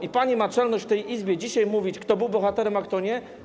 I pani ma czelność w tej Izbie dzisiaj mówić, kto był bohaterem, a kto nie?